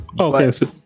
Okay